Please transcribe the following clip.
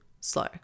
slow